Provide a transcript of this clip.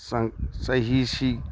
ꯆꯍꯤꯁꯤ